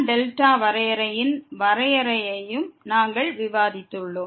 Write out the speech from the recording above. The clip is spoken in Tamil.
εδ வரையறையின் வரையறையையும் நாங்கள் விவாதித்துள்ளோம்